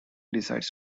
decides